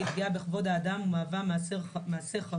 היא פגיעה בכבוד האדם ומהווה מעשה חמור.